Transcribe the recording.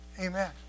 Amen